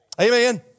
Amen